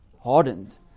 hardened